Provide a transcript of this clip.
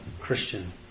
Christian